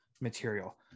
material